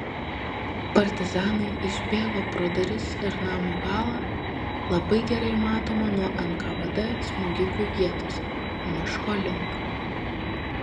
partizanai išbėgo pro duris ir namo galą labai gerai matomą nuo nkvd smogikų vietos miško link